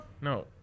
No